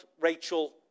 Rachel